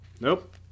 Nope